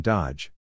Dodge